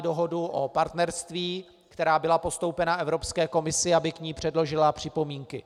Dohodu o partnerství, která byla postoupena Evropské komisi, aby k ní předložila připomínky.